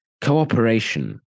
cooperation